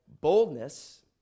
boldness